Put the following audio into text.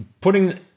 putting